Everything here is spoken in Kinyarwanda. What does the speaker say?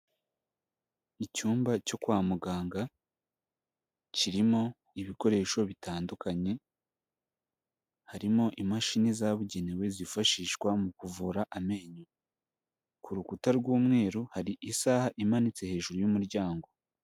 Icyumba cyo kwa muganga kirimo ibikoresho bitandukanye, harimo imashini zabugenewe zifashishwa mu kuvura amenyo, ku rukuta rw'umweru hari isaha imanitse hejuru y'umuryango.